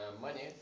money